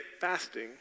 fasting